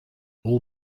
all